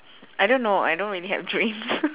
I don't know I don't really have dreams